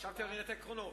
עכשיו קובעים את העקרונות.